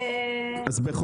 אז כמה זמן